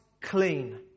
clean